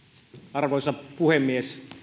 arvoisa puhemies